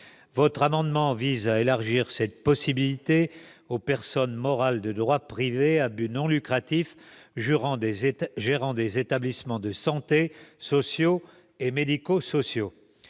L'amendement vise à élargir cette possibilité aux personnes morales de droit privé à but non lucratif gérant des établissements de santé sociaux et médico-sociaux.